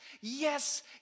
yes